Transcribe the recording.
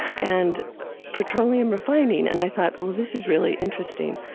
and petroleum refining. and i thought, well, this is really interesting.